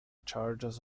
charges